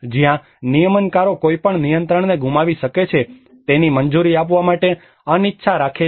જ્યાં નિયમનકારો કોઈપણ નિયંત્રણને ગુમાવી શકે છે તેની મંજૂરી આપવા માટે અનિચ્છા રાખે છે